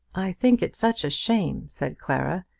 i think it such a shame, said clara,